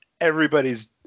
everybody's